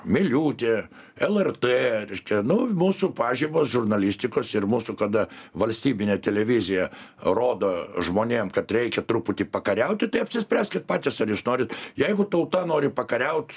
miliūtė lrt reiškia nu mūsų pažibos žurnalistikos ir mūsų kada valstybinė televizija rodo žmonėm kad reikia truputį pakariauti tai apsispręskit patys norit jeigu tauta nori pakariaut